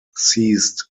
ceased